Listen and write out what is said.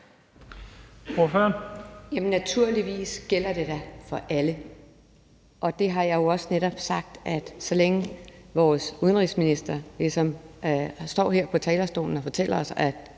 Naturligvis gælder det dag for alle, og det er jeg også netop sagt. Så længe vores udenrigsminister står her på talerstolen og fortæller os,